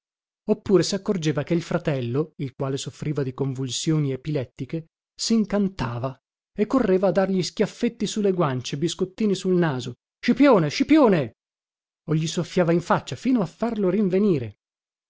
me oppure saccorgeva che il fratello il quale soffriva di convulsioni epilettiche sincantava e correva a dargli schiaffetti su le guance biscottini sul naso scipione scipione o gli soffiava in faccia fino a farlo rinvenire